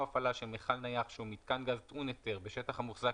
הפעלה של מכל נייח שהוא מיתקן גז טעון היתר בשטח המוחזק